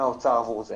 מהאוצר עבור זה